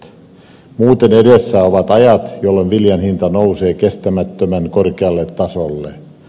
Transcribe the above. muuten edessä ovat ajat jolloin viljan hinta nousee kestämättömän korkealle tasolle